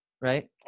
right